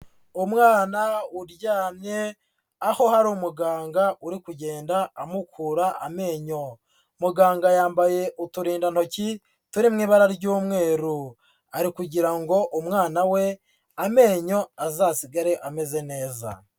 Umwana uryamye aho hari umuganga uri kugenda amukura amenyo, muganga yambaye uturindantoki turi mu ibara ry'umweru ari kugira ngo umwana we amenyo azasigare ameze neza.